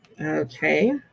Okay